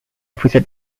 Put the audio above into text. officer